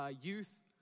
youth